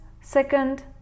second